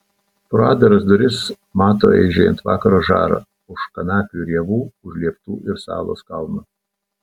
pro atdaras duris mato aižėjant vakaro žarą už kanapių ir javų už lieptų ir salos kalno